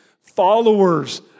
followers